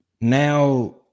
now